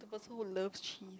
the person who loves cheese